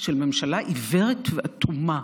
של ממשלה עיוורת ואטומה.